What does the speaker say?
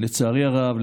לצערי הרב,